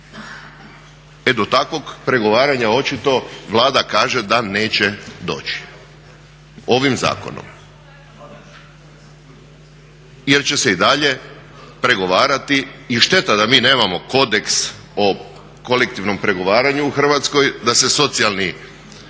E do takvog pregovaranja očito Vlada kaže da neće doći ovim zakonom jer će se i dalje pregovarati i šteta da mi nemamo kodeks o kolektivnom pregovaranju u Hrvatskoj, da se socijalni partneri